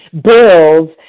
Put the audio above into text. bills